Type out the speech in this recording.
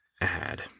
add